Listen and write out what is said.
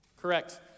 Correct